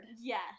yes